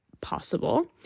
possible